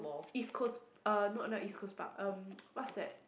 East Coast uh no not East-Coast-Park um what's that